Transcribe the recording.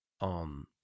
on